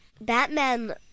Batman